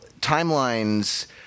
timelines